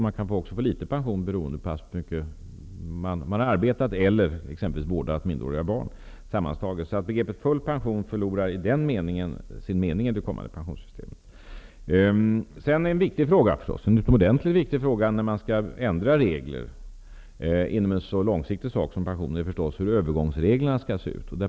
Man kan också få litet pension, beroende på hur länge man har arbetat eller vårdat minderåriga barn. Begreppet full pension förlorar sin mening i det kommande pensionssystemet. En utomordenligt viktig fråga när man skall ändra regler för en så långsiktig sak som pensioner är förstås hur övergångsreglerna skall se ut.